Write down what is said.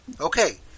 Okay